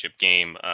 game